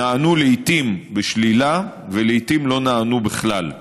לעיתים הם נענו בשלילה, לעיתים לא נענו בכלל.